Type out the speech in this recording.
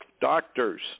doctors